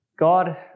God